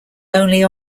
only